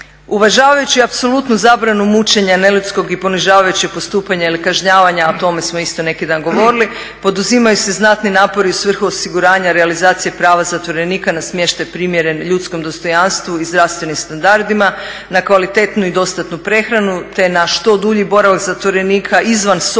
Uvažavajući apsolutnu zabranu mućenja neljudskog i ponižavajućeg postupanja ili kažnjavanja a o tome smo isto neki dan govorili poduzimaju se znatni napori u svrhu osiguranja i realizacije prava zatvorenika na smještaj primjeren ljudskom dostojanstvu i zdravstvenim standardima, na kvalitetnu i dostanu prehranu te na što dulji boravak zatvorenika izvan soba